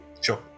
Sure